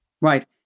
Right